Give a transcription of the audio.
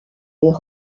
les